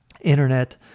internet